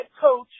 coach